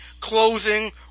closing